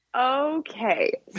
Okay